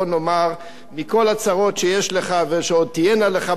מכל הצרות שיש לך ושעוד תהיינה לך בקדנציה הבאה,